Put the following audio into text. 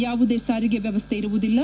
ಯಾವುದೇ ಸಾರಿಗೆ ವ್ಯವಸ್ಥೆ ಇರುವುದಿಲ್ಲ